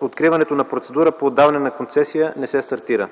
откриването на процедура по отдаване на концесия не се стартира.